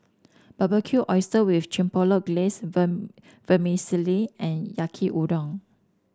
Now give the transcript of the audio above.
Barbecued Oyster with Chipotle Glaze Vermicelli and Yaki Udon